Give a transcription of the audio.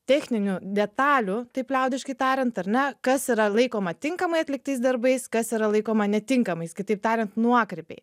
techninių detalių taip liaudiškai tariant ar ne kas yra laikoma tinkamai atliktais darbais kas yra laikoma netinkamais kitaip tariant nuokrypiai